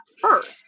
first